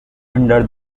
under